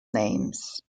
names